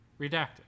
Redacted